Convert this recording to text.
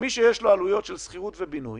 שמי שיש לו עלויות של שכירות ובינוי